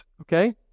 okay